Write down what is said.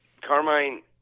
Carmine